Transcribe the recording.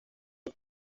del